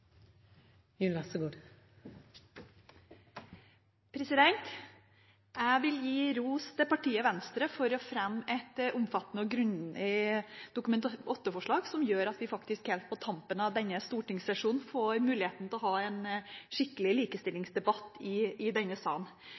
refererte til. Jeg vil gi ros til partiet Venstre for å ha fremmet et omfattende og grundig Dokument 8-forslag som gjør at vi her på tampen av denne stortingssesjonen får muligheten til å ha en skikkelig likestillingsdebatt i denne salen.